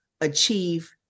achieve